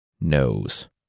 knows